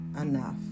enough